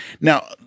Now—